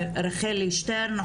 בבקשה,